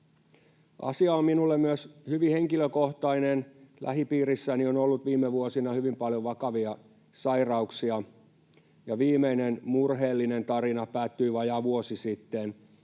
Asia on minulle myös hyvin henkilökohtainen. Lähipiirissäni on ollut viime vuosina hyvin paljon vakavia sairauksia. Viimeinen murheellinen tarina päättyi vajaa vuosi sitten,